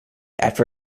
after